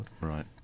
right